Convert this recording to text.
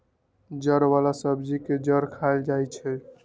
जड़ वाला सब्जी के जड़ खाएल जाई छई